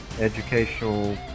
educational